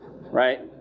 right